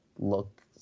look